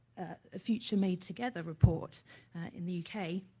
a future made together report in the u. k,